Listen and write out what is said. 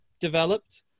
developed